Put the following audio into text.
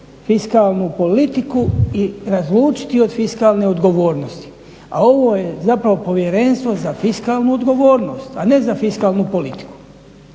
fiskalnu politiku i razlučiti od fiskalne odgovornosti. A ovo je zapravo povjerenstvo za fiskalnu odgovornost a ne za fiskalnu politiku,